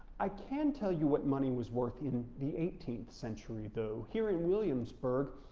i can tell you what money was worth in the eighteenth century though. here in williamsburg,